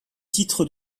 titres